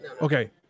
Okay